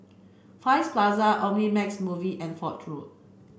Far East Plaza Omnimax Movie and Foch Road